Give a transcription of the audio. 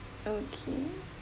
okay